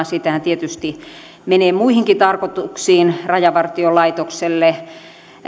siitähän tietysti menee muihinkin tarkoituksiin rajavartiolaitokselle